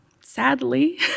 Sadly